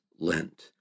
Lent